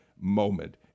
moment